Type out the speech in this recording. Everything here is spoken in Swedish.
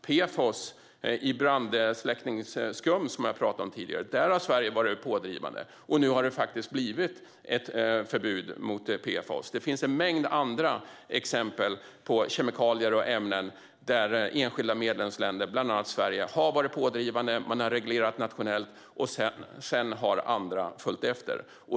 Jag talade tidigare om PFOS i brandsläckningsskum. Där har Sverige varit pådrivande, och nu har det faktiskt blivit ett förbud mot PFOS. Det finns en mängd andra exempel på kemikalier och ämnen där enskilda medlemsländer, bland annat Sverige, har varit pådrivande, reglerat nationellt, och sedan har andra följt efter.